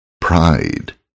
Pride